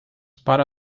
para